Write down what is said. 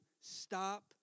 stop